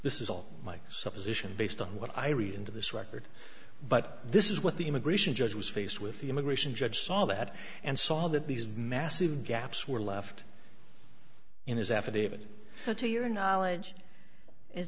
this is all my supposition based on what i read into this record but this is what the immigration judge was faced with the immigration judge saw that and saw that these massive gaps were left in his affidavit so to your knowledge is